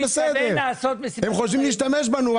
הם חושבים להשתמש בנו,